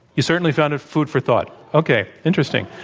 you certainly found it food for thought. okay. interesting.